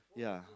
ya